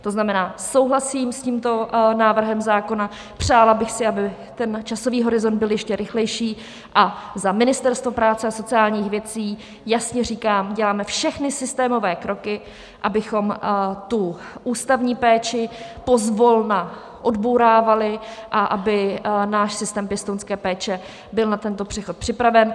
To znamená, souhlasím s tímto návrhem zákona, přála bych si, aby ten časový horizont byl ještě rychlejší, a za Ministerstvo práce a sociálních věcí jasně říkám: děláme všechny systémové kroky, abychom ústavní péči pozvolna odbourávali a aby náš systém pěstounské péče byl na tento přechod připraven.